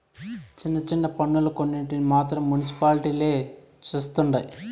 చిన్న చిన్న పన్నులు కొన్నింటిని మాత్రం మునిసిపాలిటీలే చుస్తండాయి